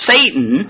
Satan